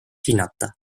hinnata